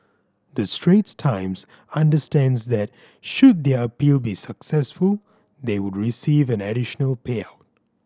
the Straits Times understands that should their appeal be successful they would receive an additional payout